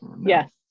Yes